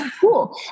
cool